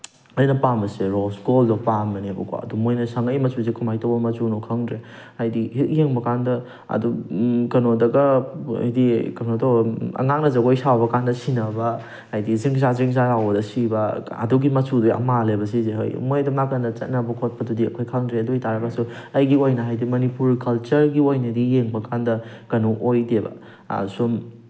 ꯑꯩꯅ ꯄꯥꯝꯕꯁꯦ ꯔꯣꯁ ꯒꯣꯜꯗꯣ ꯄꯥꯝꯕꯅꯦꯀꯣ ꯑꯗꯨ ꯃꯣꯏ ꯁꯪꯉꯛꯏꯕ ꯃꯆꯨꯁꯦ ꯀꯃꯥꯏꯅ ꯇꯧꯕ ꯃꯆꯨꯅꯣ ꯈꯪꯗ꯭ꯔꯦ ꯍꯥꯏꯗꯤ ꯍꯦꯛ ꯌꯦꯡꯕ ꯀꯥꯟꯗ ꯑꯗꯨꯝ ꯀꯩꯅꯣꯗꯒ ꯍꯥꯏꯗꯤ ꯀꯩꯅꯣ ꯇꯧꯔꯒ ꯑꯉꯥꯡꯅ ꯖꯒꯣꯏ ꯁꯥꯕ ꯀꯥꯟꯗ ꯁꯤꯅꯕ ꯍꯥꯏꯗꯤ ꯖꯤꯡꯖꯥ ꯖꯤꯡꯖꯥ ꯂꯥꯎꯕꯗ ꯁꯤꯕ ꯑꯗꯨꯒꯤ ꯃꯆꯨꯗꯣ ꯌꯥꯝ ꯃꯥꯜꯂꯦꯕ ꯁꯤꯁꯦ ꯍꯣꯏ ꯃꯣꯏ ꯑꯗꯣꯝ ꯅꯥꯀꯟꯗ ꯆꯠꯅꯕ ꯈꯣꯠꯄꯗꯨꯗꯤ ꯑꯩꯈꯣꯏ ꯈꯪꯗ꯭ꯔꯦ ꯑꯗꯨ ꯑꯣꯏ ꯇꯥꯔꯒꯁꯨ ꯑꯩꯒꯤ ꯑꯣꯏꯅ ꯍꯥꯏꯗꯤ ꯃꯅꯤꯄꯨꯔ ꯀꯜꯆꯔꯒꯤ ꯑꯣꯏꯅꯗꯤ ꯌꯦꯡꯕ ꯀꯥꯟꯗ ꯀꯩꯅꯣ ꯑꯣꯏꯗꯦꯕ ꯁꯨꯝ